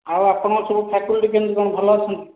ଆଉ ଆପଣଙ୍କ ସବୁ ଫ୍ୟାକଲ୍ଟି କେମିତି କଣ ଭଲ ଅଛନ୍ତି